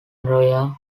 arroyo